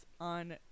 on